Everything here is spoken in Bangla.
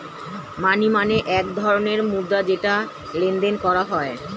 মানি মানে এক ধরণের মুদ্রা যেটা লেনদেন করা হয়